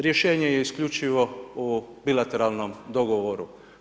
Rješenje je isključivo u bilateralnom dogovoru.